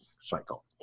cycle